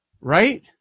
right